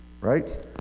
right